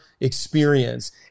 experience